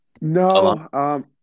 No